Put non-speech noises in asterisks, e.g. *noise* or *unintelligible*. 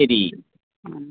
*unintelligible*